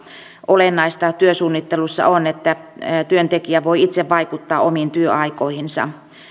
olennaista työsuunnittelussa on että työntekijä voi itse vaikuttaa omiin työaikoihinsa